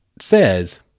says